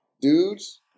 Dudes